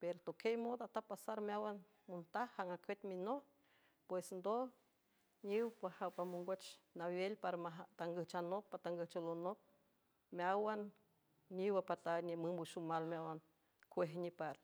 pero toquiey mood atapasar meáwan montaj jang acuet minop pues ndoj niw pajawpmamongoch nawel para mtangüjch anop patangüjch üw lonop meáwan niw apataag niümüm wüxomal meáwan cuej nipar